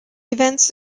events